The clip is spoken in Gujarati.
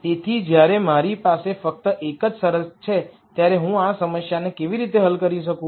તેથી જ્યારે મારી પાસે ફક્ત એક જ શરત છે ત્યારે હું આ સમસ્યાને કેવી રીતે હલ કરી શકું